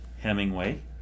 Hemingway